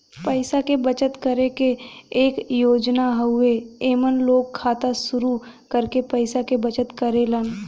पैसा क बचत करे क एक योजना हउवे एमन लोग खाता शुरू करके पैसा क बचत करेलन